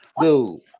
dude